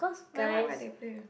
like what what they play